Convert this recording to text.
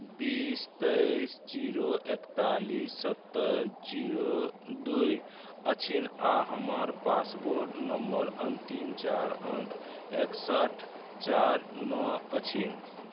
बीस तेइस जीरो एकतालीस सत्तरि जीरो दू अछि आ हमर पासपोर्ट नंबर अन्तिम चारि अंक एकसठि चारि नओ अछि